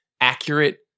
accurate